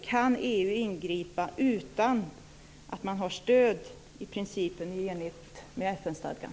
Kan EU ingripa utan att man har stöd i principen i enlighet med FN-stadgan?